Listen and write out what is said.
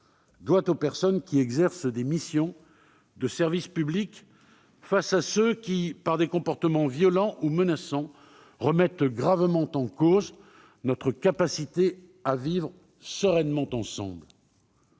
doit aux personnes qui exercent des missions de service public face à ceux qui, par des comportements violents ou menaçants, remettent gravement en cause notre capacité à vivre sereinement ensemble.